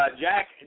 Jack